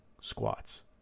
squats